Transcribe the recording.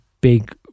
big